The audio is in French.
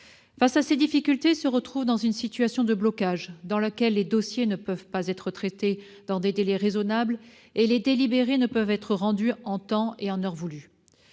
Face à ces difficultés, ils se retrouvent dans une situation de blocage, dans laquelle les dossiers ne peuvent pas être traités dans des délais raisonnables et les délibérés ne peuvent pas être rendus en temps et en heure.